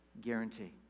guarantee